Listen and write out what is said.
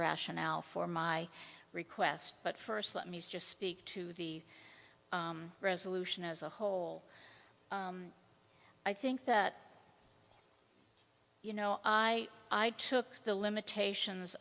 rationale for my request but first let me just speak to the resolution as a whole i think that you know i i took the limitations